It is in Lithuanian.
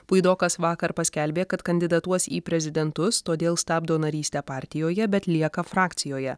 puidokas vakar paskelbė kad kandidatuos į prezidentus todėl stabdo narystę partijoje bet lieka frakcijoje